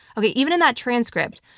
okay, even in that transcript,